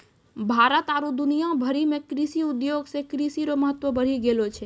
भारत आरु दुनिया भरि मे कृषि उद्योग से कृषि रो महत्व बढ़ी गेलो छै